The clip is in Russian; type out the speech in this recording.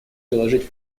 заложить